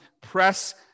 press